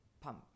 Pump